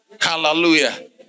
Hallelujah